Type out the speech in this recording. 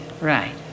right